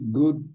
good